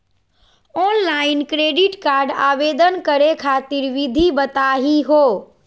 Online credit card आवेदन करे खातिर विधि बताही हो?